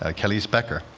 ah calice becker,